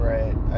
Right